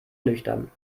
nüchtern